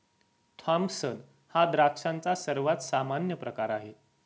Thompson हा द्राक्षांचा सर्वात सामान्य प्रकार आहे